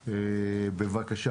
בבקשה.